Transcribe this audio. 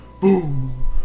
boom